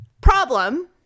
Problem